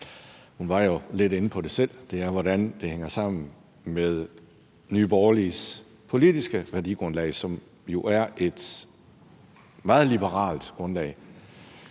selv var lidt inde på, er, hvordan det hænger sammen med Nye Borgerliges politiske værdigrundlag, som jo er et meget liberalt grundlag.